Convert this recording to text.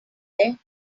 there